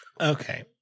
Okay